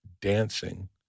dancing